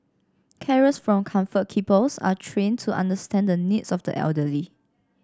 carers from Comfort Keepers are trained to understand the needs of the elderly